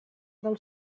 del